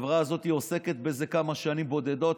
החברה הזאת עוסקת בזה כמה שנים בודדות,